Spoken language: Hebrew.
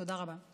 תודה רבה.